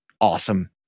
awesome